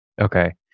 Okay